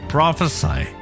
Prophesy